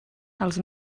els